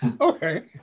Okay